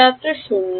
ছাত্র ০